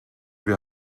wir